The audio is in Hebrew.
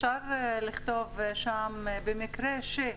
להציע שנכתוב שם "במקרה ש".